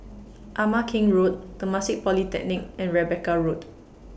Ama Keng Road Temasek Polytechnic and Rebecca Road